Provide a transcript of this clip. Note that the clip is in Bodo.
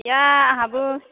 गैया आंहाबो